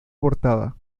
portada